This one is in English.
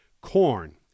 corn